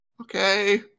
okay